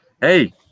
Hey